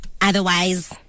otherwise